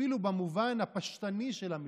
אפילו במובן הפשטני של המילה,